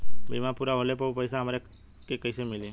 बीमा पूरा होले पर उ पैसा हमरा के कईसे मिली?